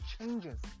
changes